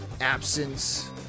absence